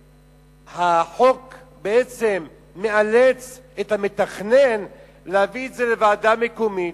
החוק בעצם מאלץ את המתכנן להביא את זה לוועדה מקומית,